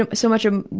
um so much of